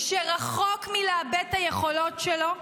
שרחוק מלאבד את היכולות שלו,